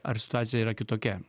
ar situacija yra kitokia